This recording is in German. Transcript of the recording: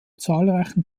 zahlreichen